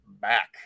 back